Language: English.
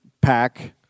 pack